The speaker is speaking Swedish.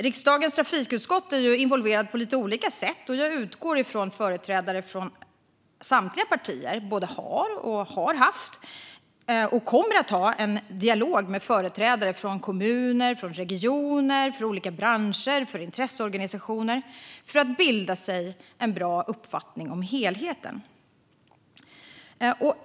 Riksdagens trafikutskott är involverat på olika sätt, och jag utgår från att företrädare för samtliga partier har, har haft och kommer att ha en dialog med företrädare för kommuner och regioner, för branscher och intresseorganisationer för att bilda sig en bra uppfattning om helheten.